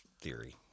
theory